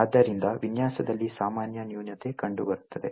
ಆದ್ದರಿಂದ ವಿನ್ಯಾಸದಲ್ಲಿ ಸಾಮಾನ್ಯ ನ್ಯೂನತೆ ಕಂಡುಬರುತ್ತದೆ